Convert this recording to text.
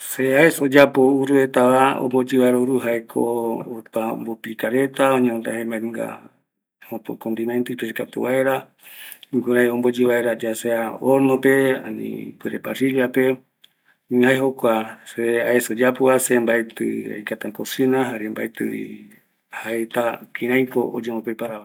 Se aesa oyapo ururetava, jaeko opa ombopika reta, oñono je condimento ipise katu vaera, jukurai omboyɨ vaera hornope, parrillere, jae jokua aesa oyapo va, se mbaetɨ aikatu acocina, mbaetɨvi jaeta kirai oyembo preperava